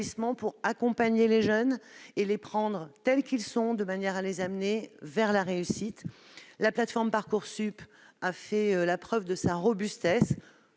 pour accompagner les jeunes et les prendre tels qu'ils sont de manière à les amener vers la réussite. Quant à la plateforme Parcoursup, elle a fait la preuve de sa robustesse